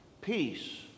Peace